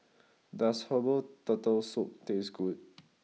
does Herbal Turtle Soup taste good